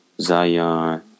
Zion